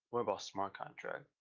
more about smart contract,